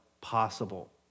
possible